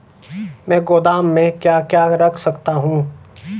मैं गोदाम में क्या क्या रख सकता हूँ?